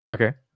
okay